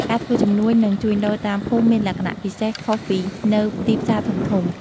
ការធ្វើជំនួញនិងជួញដូរតាមភូមិមានលក្ខណៈពិសេសខុសពីនៅទីផ្សារធំៗ។